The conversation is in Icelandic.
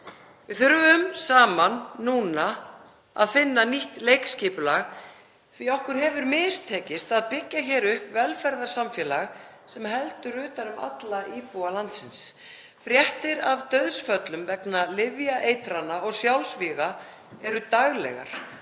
Við þurfum saman að finna nýtt leikskipulag því okkur hefur mistekist að byggja hér upp velferðarsamfélag sem heldur utan um alla íbúa landsins. Fréttir af dauðsföllum vegna lyfjaeitrana og sjálfsvíga eru daglegar